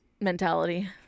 mentality